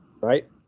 Right